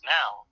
now